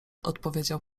odpowiedział